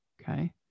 okay